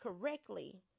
correctly